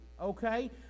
okay